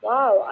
Wow